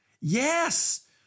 Yes